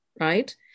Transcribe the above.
right